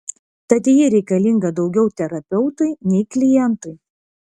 tad ji reikalinga daugiau terapeutui nei klientui